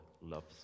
loves